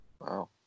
Wow